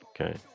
Okay